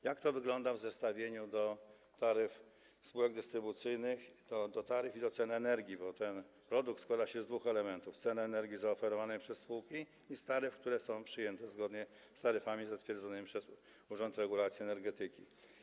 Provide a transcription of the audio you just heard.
Jak to wygląda w zestawieniu, jeżeli chodzi o taryfy spółek dystrybucyjnych i ceny energii, bo ten produkt składa się z dwóch elementów: z ceny energii zaoferowanej przez spółki i z taryf, które są przyjęte zgodnie z taryfami zatwierdzonymi przez Urząd Regulacji Energetyki?